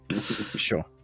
Sure